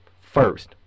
first